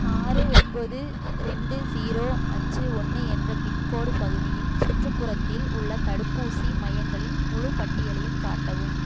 ஆறு ஒம்பது ரெண்டு ஜீரோ அஞ்சி ஒன்று என்ற பின்கோடு பகுதியின் சுற்றுப்புறத்தில் உள்ள தடுப்பூசி மையங்களின் முழுப்பட்டியலையும் காட்டவும்